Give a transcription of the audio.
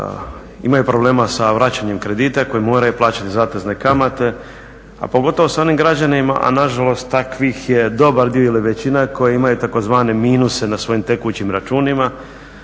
imaju problema sa vraćanjem kredita, koji moraju plaćati zatezne kamate, a pogotovo sa onim građanima a nažalost je takvih je dobar dio ili većina koji imaju tzv. minuse na svojim tekućim računima